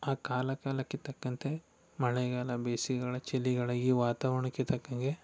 ಆ ಕಾಲ ಕಾಲಕ್ಕೆ ತಕ್ಕಂತೆ ಮಳೆಗಾಲ ಬೇಸಿಗೆಗಾಲ ಚಳಿಗಾಲ ಈ ವಾತಾವರಣಕ್ಕೆ ತಕ್ಕಂಗೆ